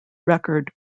record